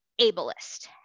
ableist